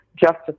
justice